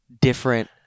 different